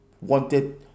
wanted